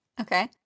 Okay